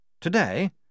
Today